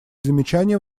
замечания